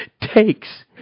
takes